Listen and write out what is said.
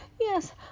yes